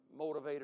motivator